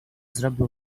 zrobił